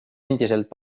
endiselt